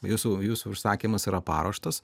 jūsų jūsų užsakymas yra paruoštas